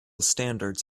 standards